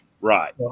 Right